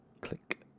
click